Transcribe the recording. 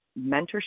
mentorship